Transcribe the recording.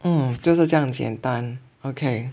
mm 就是这样简单 okay